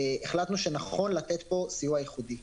החלטנו שנכון לתת פה סיוע ייחודי.